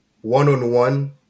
one-on-one